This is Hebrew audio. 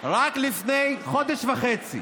רק לפני חודש וחצי